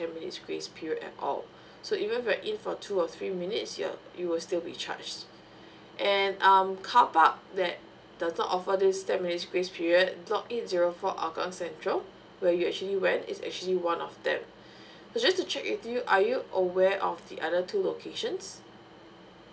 ten minutes grace period at all so even if you're in for two or three minutes you are you will still be charged and um carpark that does not offer this ten minutes grace period block eight zero four an kang central where you actually went is actually one of them just to check with you are you aware of the other two locations